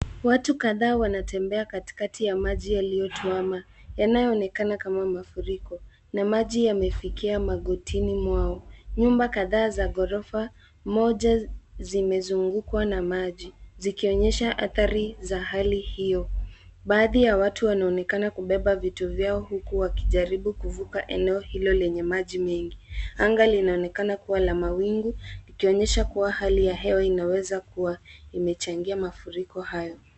Watu kadhaa wanatembea katikati ya maji yaliyotuama; yanayoonekana kama mafuriko, na maji yamefikia magotini mwao. Nyumba kadhaa za gorofa moja zimezungukwa na maji zikionyesha athari za hali hiyo. Baadhi ya watu wanaonekana kubeba vitu vyao huku wakijaribu kuvuka eneo hilo lenye maji mengi. Anga linaonekana kuwa la mawingu likionyesha kuwa hali ya hewa inaweza kuwa imechangia mafuriko hayo.